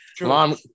mom